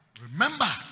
remember